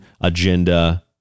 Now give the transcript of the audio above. agenda